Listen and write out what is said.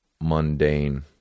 Mundane